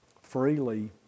freely